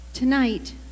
Tonight